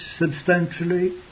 substantially